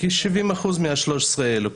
מה-13,000 האלה.